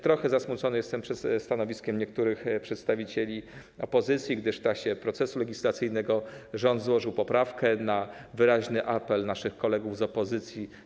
Trochę zasmucony jestem stanowiskiem niektórych przedstawicieli opozycji, gdyż w trakcie procesu legislacyjnego rząd złożył poprawkę na wyraźny apel naszych kolegów z opozycji.